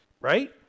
Right